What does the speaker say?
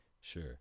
Sure